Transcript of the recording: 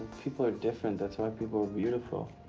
people are different, that's why people are beautiful.